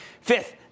Fifth